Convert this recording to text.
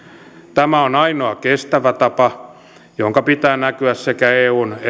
tämä on ainoa kestävä tapa jonka pitää näkyä sekä eun